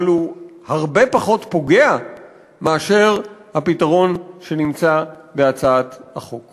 אבל הוא הרבה פחות פוגע מאשר הפתרון שנמצא בהצעת החוק.